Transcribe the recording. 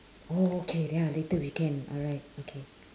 oh okay ya later we can alright okay